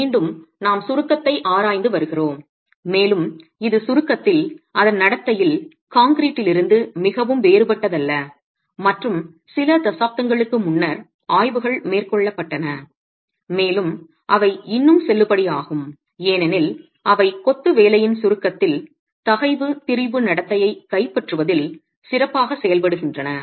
மீண்டும் நாம் சுருக்கத்தை ஆராய்ந்து வருகிறோம் மேலும் இது சுருக்கத்தில் அதன் நடத்தையில் கான்கிரீட்டிலிருந்து மிகவும் வேறுபட்டதல்ல மற்றும் சில தசாப்தங்களுக்கு முன்னர் ஆய்வுகள் மேற்கொள்ளப்பட்டன மேலும் அவை இன்னும் செல்லுபடியாகும் ஏனெனில் அவை கொத்து வேலையின் சுருக்கத்தில் தகைவு திரிபு நடத்தையை கைப்பற்றுவதில் சிறப்பாக செயல்படுகின்றன